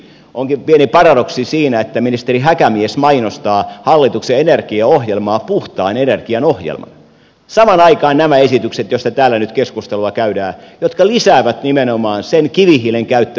onkin pieni paradoksi siinä että ministeri häkämies mainostaa hallituksen energiaohjelmaa puhtaan energian ohjelmana ja samaan aikaan tehdään nämä esitykset joista täällä nyt keskustelua käydään jotka lisäävät nimenomaan sen kivihiilen käyttöä